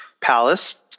Palace